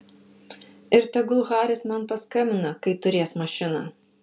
ir tegul haris man paskambina kai turės mašiną